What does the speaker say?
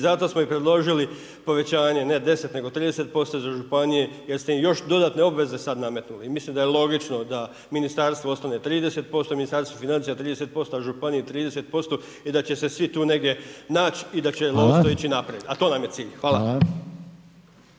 i zato smo i predložili povećanje ne 10 nego 30% za županije jer ste im još dodatne obveze sad nametnuli. Mislim da je logično da ministarstvu ostane 30%, Ministarstvu financija 30%, a županiji 30% i da će se svi tu negdje naći …/Upadica: Hvala./… i da će lovstvo ići naprijed i to nam je cilj.